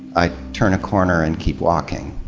i turn a corner and keep walking.